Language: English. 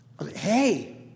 Hey